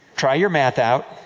try your math out.